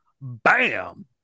bam